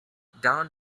down